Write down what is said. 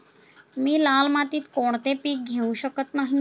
मी लाल मातीत कोणते पीक घेवू शकत नाही?